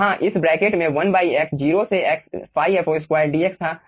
वहाँ इस ब्रैकेट में 1 x 0 से x ϕfo2 dx था